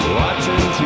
watching